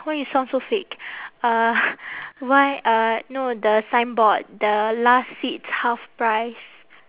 why you sound so fake uh why uh no the signboard the last seats half price